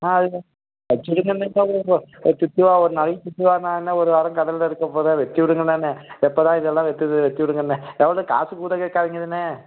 ஆ அதுண்ணே வெச்சு விடுங்கண்ணே லைட்டாக பார்ப்போம் அவள் திட்டுவாள் ஒரு நாளைக்கு திட்டுவாள் நான் என்ன ஒரு வாரம் கடலில் இருக்கப் போகிறேன் வெட்டி விடுங்களண்ணே எப்போ தான் இதெல்லாம் வெட்டுவது வெட்டி விடுங்கண்ணே எவ்வளோ காசு கூட கேட்காதீங்கதாண்ணே